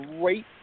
great